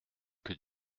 que